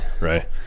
Right